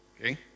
Okay